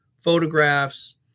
photographs